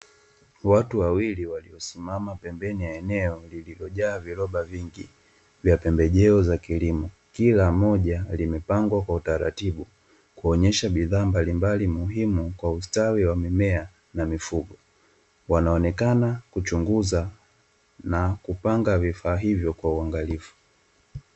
Watu wawili wamesimama pembeni ya eneo lililojaa viloba vingi vya pembejeo za kilimo, kila moja limepangwa kwa utaratibu kuonyesha bidhaa mbalimbali muhimu kwa ustawi wa mimea na mifugo, wanaonekana kuchunguza nakupanga vifaa hivyo kwa uangalifu.